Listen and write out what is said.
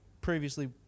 previously